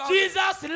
Jesus